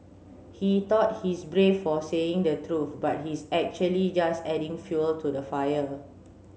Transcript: he thought he's brave for saying the truth but he's actually just adding fuel to the fire